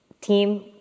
team